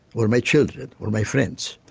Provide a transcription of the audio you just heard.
or my children, or my friends.